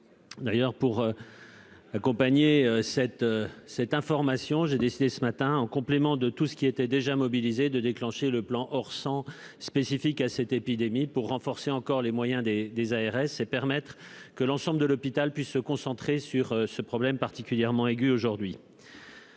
D'ailleurs, pour accompagner cette cette information, j'ai décidé ce matin, en complément de tout ce qui étaient déjà mobilisés de déclencher le plan or 100 spécifique à cette épidémie pour renforcer encore les moyens des des ARS et permettre que l'ensemble de l'hôpital puisse se concentrer sur ce problème particulièrement aigu aujourd'hui.